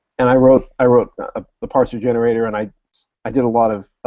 and i wrote i wrote a parser generator and i i did a lot of